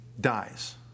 dies